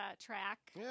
track